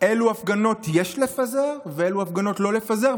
אילו הפגנות יש לפזר ואילו הפגנות לא לפזר.